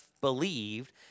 believed